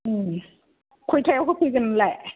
खयथायाव होफैगोन नोंलाय